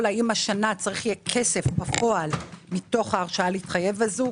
האם השנה צריך יהיה כסף בפועל מתוך ההרשאה להתחייב הזאת?